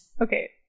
Okay